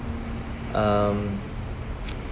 um